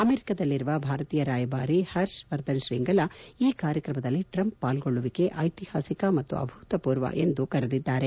ಅಮೆರಿಕದಲ್ಲಿರುವ ಭಾರತೀಯ ರಾಯಭಾರಿ ಹರ್ಶ್ ವರ್ಧನ್ ತ್ರೀಂಗಲಾ ಈ ಕಾರ್ಯಕ್ರಮದಲ್ಲಿ ಟ್ರಂಪ್ ಪಾಲ್ಗೊಳ್ಳುವಿಕೆ ಐತಿಹಾಸಿಕ ಮತ್ತು ಅಭೂತಪೂರ್ವ ಎಂದು ಕರೆದಿದ್ದಾರೆ